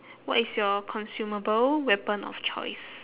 what is your consumable weapon of choice